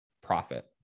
profit